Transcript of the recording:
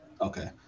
Okay